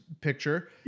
picture